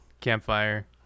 campfire